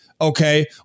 Okay